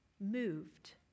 moved